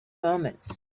moments